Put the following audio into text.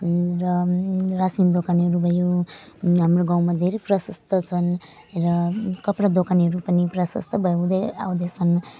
र रासिन दोकानहरू भयो हाम्रो गाउँमा धेरै प्रसस्त छन् र कपडा दोकानहरू पनि प्रसस्त भयो हुँदै आउँदैछन्